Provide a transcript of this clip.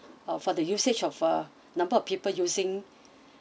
uh for the usage of a number of people using